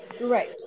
right